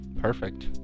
Perfect